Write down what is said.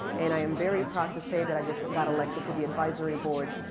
and i am very proud to say that i just got elected to the advisory board.